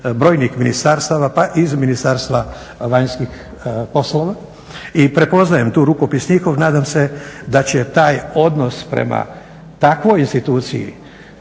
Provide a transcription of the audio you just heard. brojnih ministarstava pa i iz Ministarstva vanjskih poslova. I prepoznajem tu rukopis njihov. Nadam se da će taj odnos prema takvoj instituciji